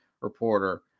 reporter